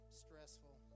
stressful